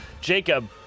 Jacob